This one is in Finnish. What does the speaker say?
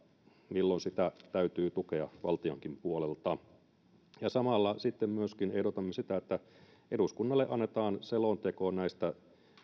milloin sitä täytyy tukea valtionkin puolelta samalla ehdotamme myöskin sitä että eduskunnalle annetaan selonteko näistä